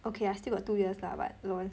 okay I still got two years lah but LOL